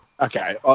okay